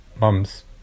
mum's